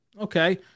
Okay